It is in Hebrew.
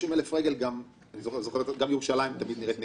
אני רוצה להבין אם במהלך השנים האחרונות,